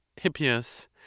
Hippias